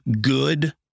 good